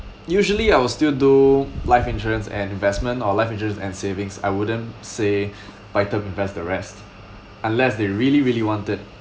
usually I will still do life insurance and investment or life insurance and savings I wouldn't say buy term invest the rest unless they really really want it